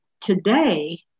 today